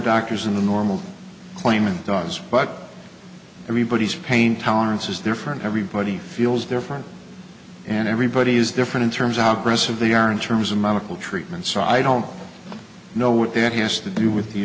doctors in the normal claimant does but everybody's pain tolerance is different everybody feels different and everybody's different in terms out press of the are in terms of medical treatment so i don't know what that has to do with the